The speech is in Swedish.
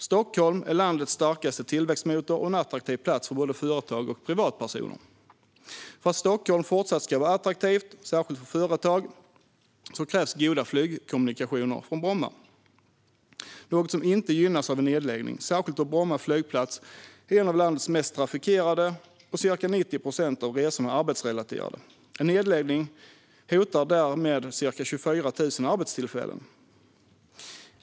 Stockholm är landets starkaste tillväxtmotor och en attraktiv plats för både företag och privatpersoner. För att Stockholm ska fortsätta att vara attraktivt, särskilt för företag, krävs goda flygkommunikationer från Bromma. Det är något som inte gynnas av en nedläggning, särskilt eftersom Bromma flygplats är en av landets mest trafikerade och ca 90 procent av resorna är arbetsrelaterade. En nedläggning hotar därmed ca 24 000 arbetstillfällen.